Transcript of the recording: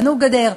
בנו גדר,